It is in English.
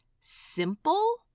simple